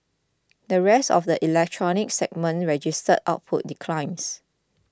the rest of the electronics segments registered output declines